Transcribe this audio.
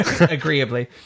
agreeably